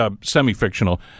semi-fictional